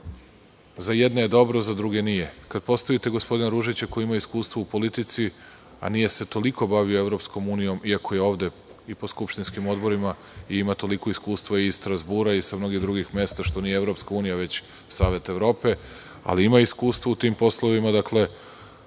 za jedne je dobro, za druge nije. Kada postavite gospodina Ružića koji ima iskustva u politici, a nije se toliko bavio Evropskom unijom, iako je ovde po skupštinskim odborima, ima toliko iskustvo iz Strazbura i sa mnogih drugih mesta, što nije Evropska unija, već Savet Evrope, ali ima iskustvo u tim poslovima, dakle,